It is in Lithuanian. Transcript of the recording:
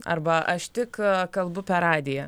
arba aš tik kalbu per radiją